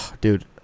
dude